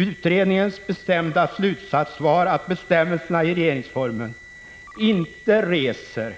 Utredningens bestämda slutsats var att bestämmelserna i regeringsformen inte reser